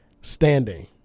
standing